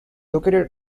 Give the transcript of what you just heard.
located